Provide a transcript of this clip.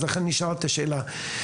לכן אני נשאלת השאלה,